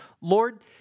Lord